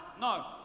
No